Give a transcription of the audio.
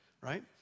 right